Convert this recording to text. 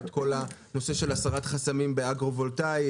את כל הנושא של הסרת חסמים באגרו וולטאי,